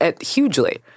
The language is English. Hugely